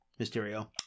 Mysterio